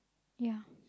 ya